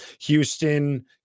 Houston